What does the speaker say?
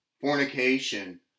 fornication